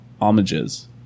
homages